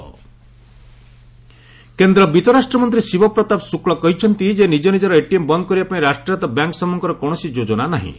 ATM closing କେନ୍ଦ୍ର ବିଉରାଷ୍ଟ୍ରମନ୍ତ୍ରୀ ଶିବପ୍ରତାପ ଶୁକ୍ଳ କହିଛନ୍ତି ଯେ ନିଜ ନିଜର ଏଟିଏମ୍ ବନ୍ଦ କରିବା ପାଇଁ ରାଷ୍ଟ୍ରାୟତ୍ତ ବ୍ୟାଙ୍କ ସମୂହଙ୍କର କୌଣସି ଯୋଜନା ନାହିଁ